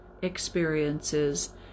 experiences